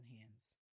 hands